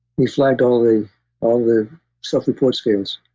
we flagged all the all the selfreport scales.